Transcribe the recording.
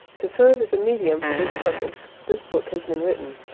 to serve as a medium for this purpose this book has been written.